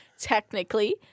technically